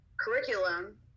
curriculum